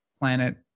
planet